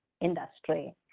industry